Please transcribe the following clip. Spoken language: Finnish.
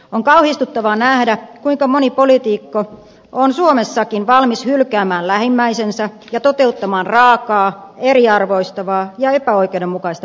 on kauhistuttavaa nähdä kuinka moni poliitikko on suomessakin valmis hylkäämään lähimmäisensä ja toteuttamaan raakaa eriarvoistavaa ja epäoikeudenmukaista politiikkaa